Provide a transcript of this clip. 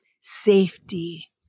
safety